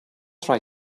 try